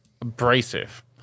abrasive